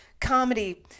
Comedy